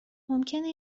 ممکنه